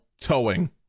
towing